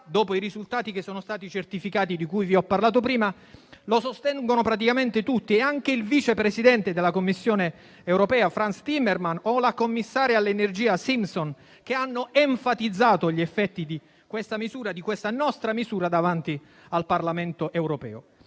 dopo i risultati che sono stati certificati, di cui vi ho parlato prima, lo sostengono praticamente tutti, compresi il vice presidente della Commissione europea Frans Timmermans e la commissaria all'energia Simpson, che hanno enfatizzato gli effetti di questa nostra misura davanti al Parlamento europeo.